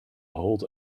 hold